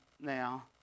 now